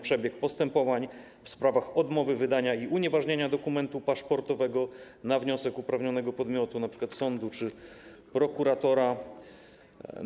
Przebieg postępowań w sprawach odmowy wydania i unieważnienia dokumentu paszportowego na wniosek uprawnionego podmiotu, np. sądu czy prokuratora, zostanie skrócony.